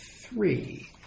three